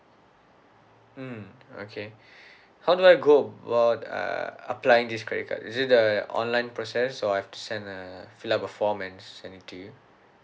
mm okay how do I go about uh applying this credit card is it a online process so I've to send uh fill up a form and send to you